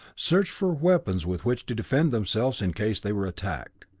search for weapons with which to defend themselves in case they were attacked,